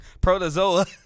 protozoa